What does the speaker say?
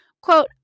Quote